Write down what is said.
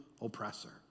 oppressor